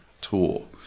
tool